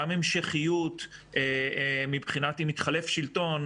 גם המשכיות אם מתחלף שלטון.